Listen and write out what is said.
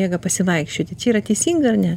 miegą pasivaikščioti čia yra teisinga ar ne